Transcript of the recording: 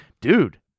dude